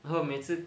然后每次